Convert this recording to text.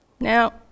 Now